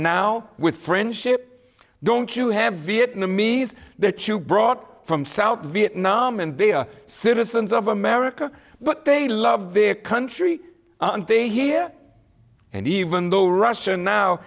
now with friendship don't you have vietnamese that you brought from south vietnam and they are citizens of america but they love their country and they here and even though russia now